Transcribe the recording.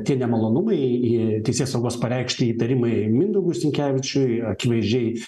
tie nemalonumai teisėsaugos pareikšti įtarimai mindaugui sinkevičiui akivaizdžiai